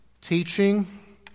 teaching